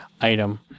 item